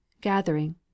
Gathering